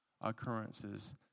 occurrences